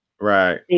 Right